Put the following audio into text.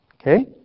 Okay